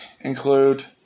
include